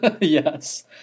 Yes